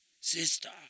Sister